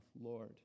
Lord